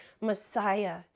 Messiah